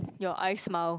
your eyes smile